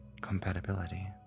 compatibility